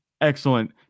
excellent